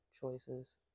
choices